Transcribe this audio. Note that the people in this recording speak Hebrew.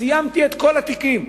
סיימתי את כל התיקים.